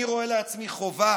אני רואה לעצמי חובה